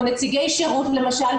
או נציגי שירות למשל,